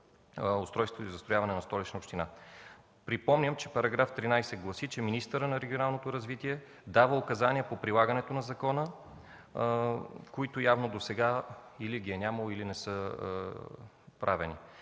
устройство и застрояване на Столичната община. Припомням –§ 13 гласи, че министърът на регионалното развитие дава указания по прилагането на закона, които явно досега или ги е нямало, или не са правени.